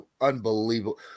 unbelievable